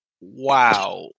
wow